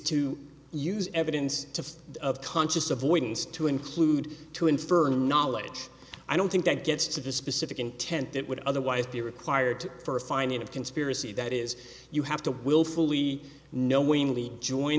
to use evidence to of conscious avoidance to include to infer knowledge i don't think that gets to the specific intent that would otherwise be required for a finding of conspiracy that is you have to willfully knowingly join